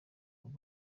ubu